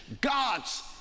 God's